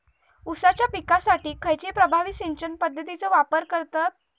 ऊसाच्या पिकासाठी खैयची प्रभावी सिंचन पद्धताचो वापर करतत?